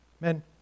Men